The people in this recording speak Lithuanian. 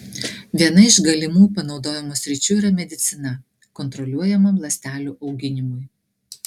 viena iš galimų panaudojimo sričių yra medicina kontroliuojamam ląstelių auginimui